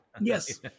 yes